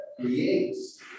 creates